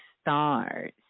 stars